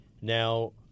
Now